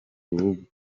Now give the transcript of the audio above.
rubuga